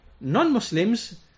non-Muslims